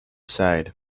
side